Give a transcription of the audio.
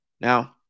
Now